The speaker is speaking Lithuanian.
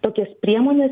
tokias priemones